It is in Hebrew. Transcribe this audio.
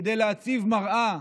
כדי להציב מראה,